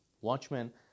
Watchmen